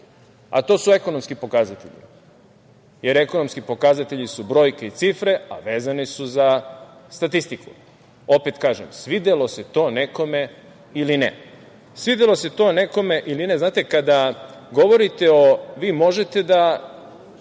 a to su ekonomski pokazatelji, jer ekonomski pokazatelji su brojke i cifre, a vezane su za statistiku. Opet kažem, svidelo se to nekome ili ne. Svidelo se to nekome ili ne, znate, kada govorite, vi možete da